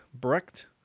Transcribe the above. Brecht